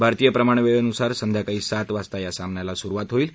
भारतीय प्रमाणवेळेनुसार संध्याकाळी सात वाजता या सामन्याला सुरुवात होईल